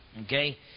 Okay